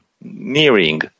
nearing